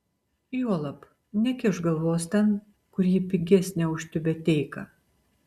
juolab nekišk galvos ten kur ji pigesnė už tiubeteiką